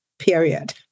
period